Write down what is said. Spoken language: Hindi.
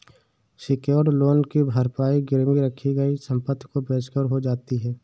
सेक्योर्ड लोन की भरपाई गिरवी रखी गई संपत्ति को बेचकर हो जाती है